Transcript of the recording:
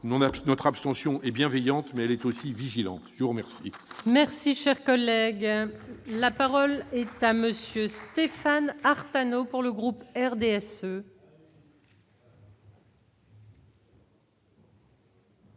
notre abstention et bienveillante, mais elle est aussi vigilants pour mercredi. Merci, cher collègue, la parole est à monsieur. Stéphane Artano pour le groupe RDSE.